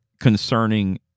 concerning